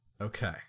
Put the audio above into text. Okay